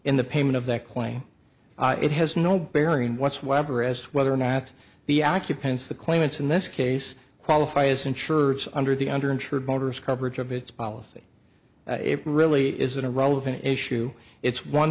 in the payment of that claim it has no bearing whatsoever as to whether or not the occupants the claimants in this case qualify as an churchs under the under insured voters coverage of its policy it really isn't a relevant issue it's one